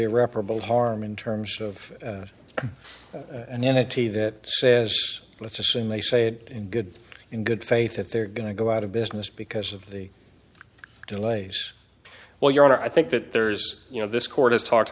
irreparable harm in terms of an entity that says let's assume they say it in good in good faith that they're going to go out of business because of the delay's well your honor i think that there's you know this court has talked